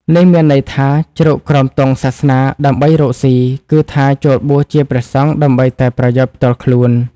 នេះមានន័យថា ជ្រកក្រោមទង់សាសនាដើម្បីរកស៊ី គឺថាចូលបួសជាព្រះសង្ឃដើម្បីតែប្រយោជន៍ផ្ទាល់ខ្លួន។